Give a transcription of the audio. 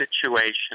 situation